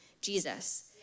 Jesus